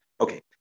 Okay